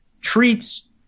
treats